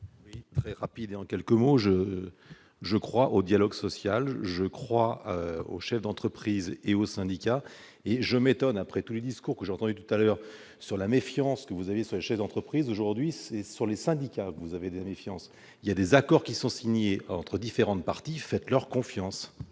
de vote. Rapide et en quelques mots, je je crois au dialogue social, je crois aux chefs d'entreprise et aux syndicats, et je m'étonne après tous les discours que j'ai entendu tout à l'heure sur la méfiance que vous avez ce chef d'entreprise aujourd'hui, c'est sur les syndicats, vous avez des méfiance, il y a des accords qui sont signés entre différentes parties faites leur confiance